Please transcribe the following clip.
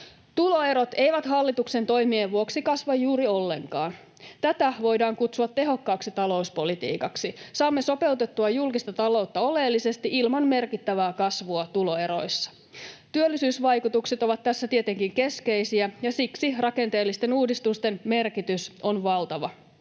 Tuloerot eivät hallituksen toimien vuoksi kasva juuri ollenkaan. Tätä voidaan kutsua tehokkaaksi talouspolitiikaksi — saamme sopeutettua julkista taloutta oleellisesti, ilman merkittävää kasvua tuloeroissa. Työllisyysvaikutukset ovat tässä tietenkin keskeisiä, ja siksi rakenteellisten uudistusten merkitys on valtava.